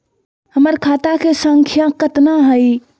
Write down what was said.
हमर खाता के सांख्या कतना हई?